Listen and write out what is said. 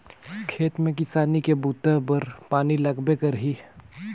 खेत में किसानी के बूता बर पानी लगबे करही